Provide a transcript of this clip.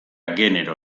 genero